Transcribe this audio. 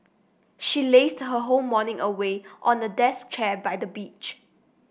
she lazed her whole morning away on a desk chair by the beach